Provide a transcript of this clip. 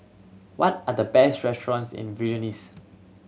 what are the best restaurants in Vilnius